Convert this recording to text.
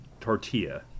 tortilla